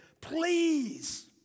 please